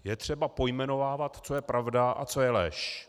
Je třeba pojmenovávat, co je pravda a co je lež.